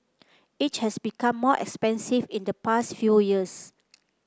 it has become more expensive in the past few years